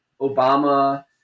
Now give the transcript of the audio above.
Obama